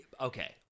Okay